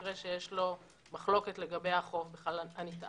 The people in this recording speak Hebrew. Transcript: במקרה שיש לו מחלוקת לגבי החוב הנטען.